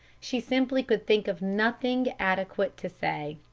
she simply could think of nothing adequate to say.